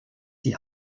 die